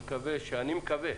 אני מקווה